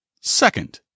Second